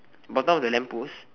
bottom of the lamp post